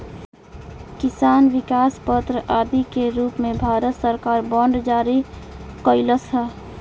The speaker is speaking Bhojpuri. किसान विकास पत्र आदि के रूप में भारत सरकार बांड जारी कईलस ह